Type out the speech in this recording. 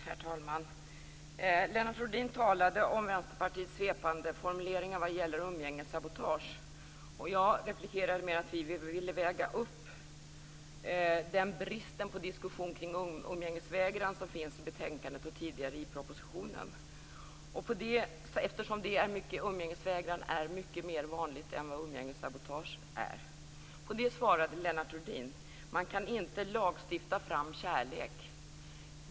Herr talman! Lennart Rohdin talade om Vänsterpartiets svepande formuleringar om umgängessabotage. Jag replikerade med att vi ville väga upp den bristen på diskussion kring umgängesvägran som finns i betänkandet och tidigare i propositionen, och detta eftersom umgängesvägran är mycket vanligare än vad umgängessabotage är. På detta svarade Lennart Rohdin: Man kan inte lagstifta fram kärlek.